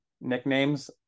nicknames